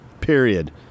period